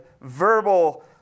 verbal